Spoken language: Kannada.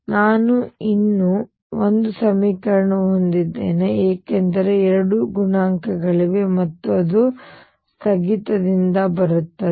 ನಾನು ಇನ್ನೂ ಒಂದು ಸಮೀಕರಣವನ್ನು ಹೊಂದಿದ್ದೇನೆ ಏಕೆಂದರೆ ಎರಡು ಗುಣಾಂಕಗಳಿವೆ ಮತ್ತು ಅದು ಸ್ಥಗಿತದಿಂದ ಬರುತ್ತದೆ